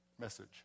message